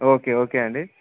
okay okay అండీ